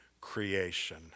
creation